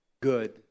good